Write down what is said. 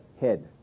head